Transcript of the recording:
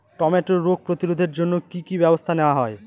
টমেটোর রোগ প্রতিরোধে জন্য কি কী ব্যবস্থা নেওয়া হয়?